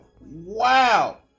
Wow